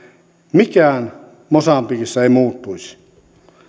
mikään mosambikissa ei muuttuisi